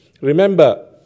Remember